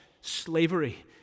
slavery